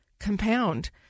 compound